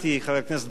חבר הכנסת בר-און,